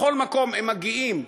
בכל מקום הם מגיעים,